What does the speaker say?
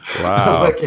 Wow